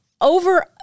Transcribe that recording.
over